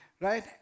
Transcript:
Right